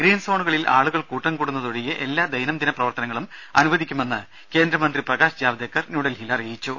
ഗ്രീൻസോണുകളിൽ ആളുകൾ കൂട്ടംകൂടുന്നത് ഒഴികെ എല്ലാ ദൈനംദിന പ്രവർത്തനങ്ങളും അനുവദിക്കുമെന്ന് കേന്ദ്രമന്ത്രി പ്രകാശ് ജാവ്ദേക്കർ ന്യൂഡൽഹിയിൽ അറിയിച്ചു